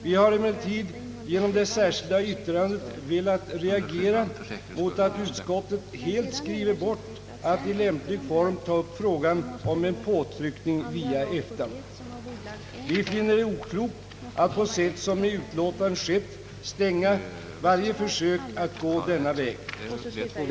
Vi har emellertid genom det särskilda yttrandet velat reagera mot att utskottet helt skriver bort att i lämplig form ta upp frågan om en påtryckning via EFTA. Vi finner det oklokt att på sätt, som i utlåtandet har skett, stänga varje försök att gå den vägen.